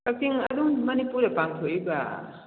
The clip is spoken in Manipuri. ꯀꯛꯆꯤꯡ ꯑꯗꯨꯝ ꯃꯅꯤꯄꯨꯔꯗ ꯄꯥꯡꯊꯣꯛꯏꯕ